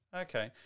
Okay